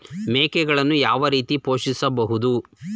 ಮೇಕೆಗಳನ್ನು ಯಾವ ರೀತಿಯಾಗಿ ಪೋಷಿಸಬಹುದು?